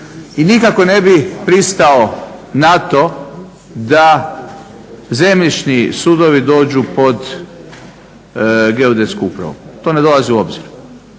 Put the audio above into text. i nikako ne bi pristao na to da zemljišni sudovi dođu pod Geodetsku upravu. To ne dolazi u obzir.